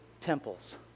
temples